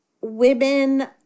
women